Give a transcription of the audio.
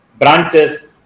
branches